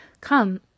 Come